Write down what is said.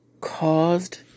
caused